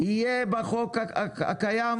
יהיה בחוק הקיים?